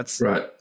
Right